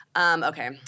Okay